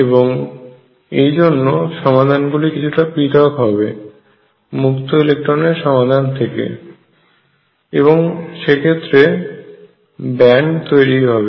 এবং এই জন্য সমাধান গুলি কিছুটা পৃথক হবে মুক্ত ইলেকট্রন এর সমাধান থেকে এবং সেক্ষেত্রে ব্যান্ড তৈরি হবে